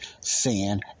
sin